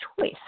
choice